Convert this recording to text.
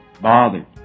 bothered